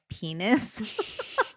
penis